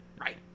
Right